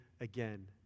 again